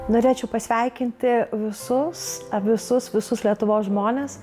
norėčiau pasveikinti visus visus visus lietuvos žmones